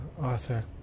Arthur